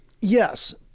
yes